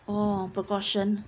oh precaution